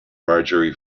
marjorie